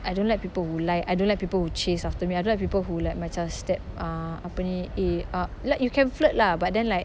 I don't like people who lie I don't like people who chase after me I don't like people who like macam step uh apa ni eh uh like you can flirt lah but then like